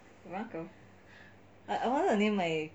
ron koh like I wanted to name like